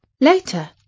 Later